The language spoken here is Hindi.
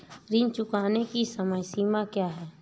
ऋण चुकाने की समय सीमा क्या है?